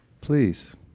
Please